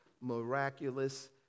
miraculous